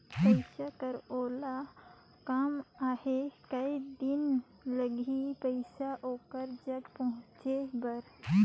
पइसा कर ओला काम आहे कये दिन लगही पइसा ओकर जग पहुंचे बर?